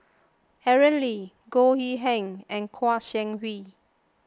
Aaron Lee Goh Yihan and Kouo Shang Wei